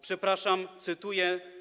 Przepraszam, cytuję.